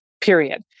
period